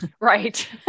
Right